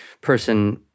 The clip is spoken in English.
person